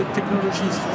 technologies